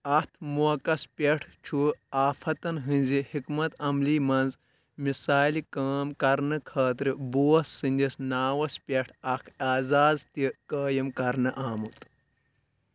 اَتھ موقعس پٮ۪ٹھ چُھ آفاتن ہٕنٛز حِکمت عملی منٛز مِثالہِ کٲم کرنہٕ خٲطرٕ بوس سٕنٛدِس ناوس پٮ۪ٹھ اَکھ اعزاز تہِ قٲیِم کرنہٕ آمُت